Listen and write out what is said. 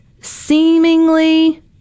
seemingly